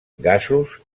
gasos